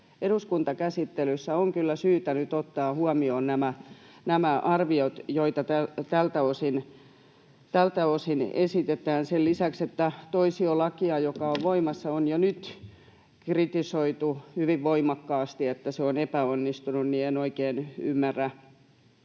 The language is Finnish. eduskuntakäsittelyssä on kyllä syytä nyt ottaa huomioon nämä arviot, joita tältä osin esitetään. Sen lisäksi, että toisiolakia, joka on voimassa, on jo nyt kritisoitu hyvin voimakkaasti, että se on epäonnistunut, niin en oikein ymmärrä,